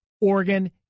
Oregon